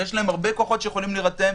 ויש להם הרבה כוחות שיכולים להירתם.